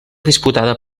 disputada